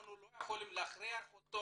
אנחנו לא יכולים להכריח אותו